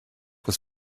was